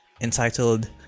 Entitled